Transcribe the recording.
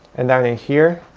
and in ah here,